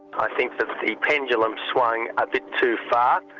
i think that the pendulum swung a bit too far,